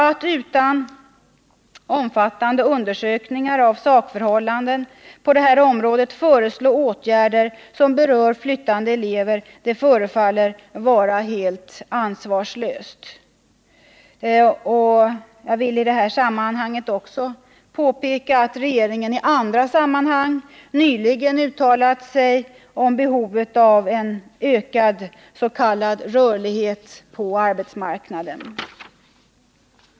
Att utan omfattande undersökningar av sakförhållandena på detta område föreslå åtgärder som berör flyttande elever förefaller helt ansvarslöst. Jag vill också påpeka att regeringen i andra sammanhang nyligen uttalat sig om behovet av en ökad s.k. rörlighet på arbetsmarknaden.